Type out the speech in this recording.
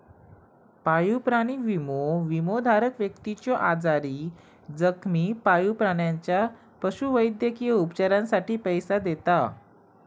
पाळीव प्राणी विमो, विमोधारक व्यक्तीच्यो आजारी, जखमी पाळीव प्राण्याच्या पशुवैद्यकीय उपचारांसाठी पैसो देता